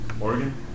Oregon